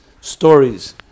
stories